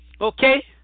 Okay